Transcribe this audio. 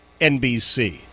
NBC